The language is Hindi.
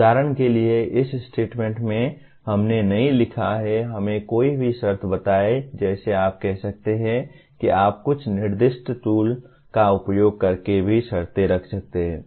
उदाहरण के लिए इस स्टेटमेंट में हमने नहीं लिखा है हमें कोई भी शर्त बताएं जैसे आप कह सकते हैं कि आप कुछ निर्दिष्ट टूल का उपयोग करके भी शर्तें रख सकते हैं